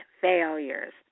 failures